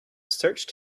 searched